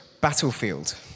battlefield